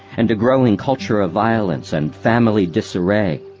and a growing culture of violence and family disarray.